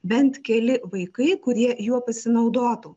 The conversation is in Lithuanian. bent keli vaikai kurie juo pasinaudotų